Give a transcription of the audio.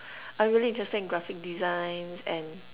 I'm really interested in graphic designs and